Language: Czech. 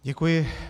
Děkuji.